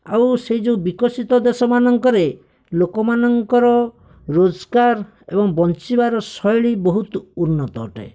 ଆଉ ସେ ଯେଉଁ ବିକଶିତ ଦେଶମାନଙ୍କରେ ଲୋକମାନଙ୍କର ରୋଜଗାର ଏବଂ ବଞ୍ଚିବାର ଶୈଳୀ ବହୁତ ଉନ୍ନତ ଅଟେ